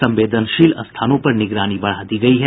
संवेदनशील स्थानों पर निगरानी बढ़ा दी गयी है